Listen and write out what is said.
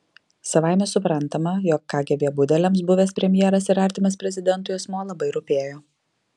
savaime suprantama jog kgb budeliams buvęs premjeras ir artimas prezidentui asmuo labai rūpėjo